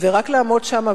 ורק לעמוד שם,